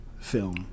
film